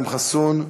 אכרם חסון,